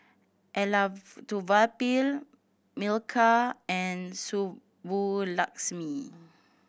Elattuvalapil Milkha and Subbulakshmi